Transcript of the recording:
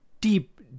deep